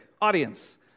audience